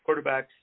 quarterbacks